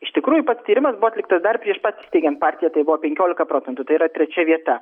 iš tikrųjų pats tyrimas buvo atliktas dar prieš įsteigiant partiją tai buvo penkiolika procentų tai yra trečia vieta